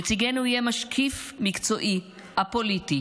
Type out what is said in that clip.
נציגנו יהיה משקיף מקצועי א-פוליטי